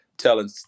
telling